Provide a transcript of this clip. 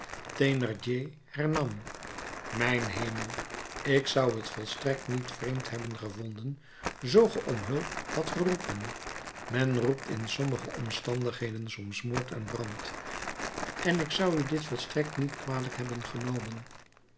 mijn hemel ik zou het volstrekt niet vreemd hebben gevonden zoo ge om hulp hadt geroepen men roept in sommige omstandigheden soms moord en brand en ik zou u dit volstrekt niet kwalijk hebben genomen